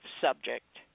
subject